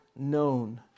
known